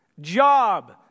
Job